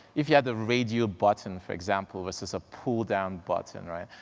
if you had the radio button, for example, this is a pull down button, right?